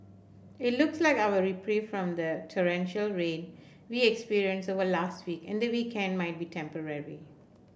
it looks like our reprieve from the torrential rain we experienced over last week and the weekend might be temporary